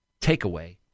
takeaway